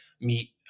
meet